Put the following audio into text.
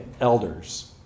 elders